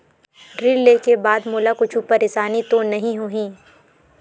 ऋण लेके बाद मोला कुछु परेशानी तो नहीं होही?